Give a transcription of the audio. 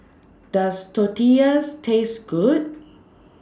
Does Tortillas Taste Good